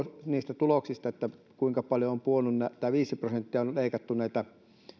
niistä tuloksista kuinka monelta on viisi prosenttia leikattu näitä